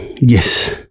Yes